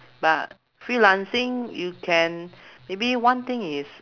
but freelancing you can maybe one thing is